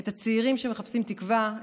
את הצעירים שמחפשים תקווה,